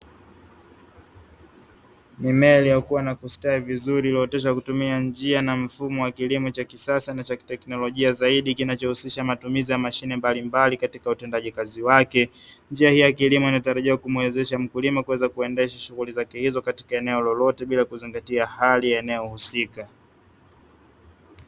Mimea iliyokuwa na kustawi vizuri iliyooteshwa kwa kutumia njia na mfumo wa kilimo cha kisasa na cha kiteknolojia zaidi, kinachohusisha matumizi ya mashine mbalimbali katika utendaji kazi wake, njia hii ya kilimo inatarajiwa kumuwezesha mkulima kuweza kuendesha shuguli zake hizo katika eneo lolote bila kuzingatia hali ya eneo husika.